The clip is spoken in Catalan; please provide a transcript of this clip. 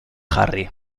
harry